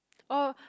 oh